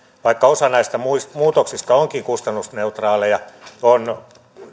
vaikka osa näistä muutoksista onkin kustannusneutraaleja on